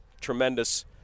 tremendous